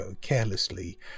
carelessly